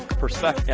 perspect yeah